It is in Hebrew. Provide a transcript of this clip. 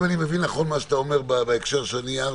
אם אני מבין נכון את מה שאתה אומר בהקשר שהערתי,